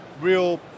real